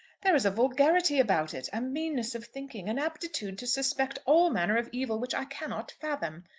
there is a vulgarity about it, a meanness of thinking, an aptitude to suspect all manner of evil, which i cannot fathom.